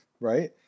right